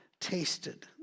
tasted